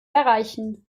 erreichen